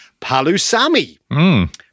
palusami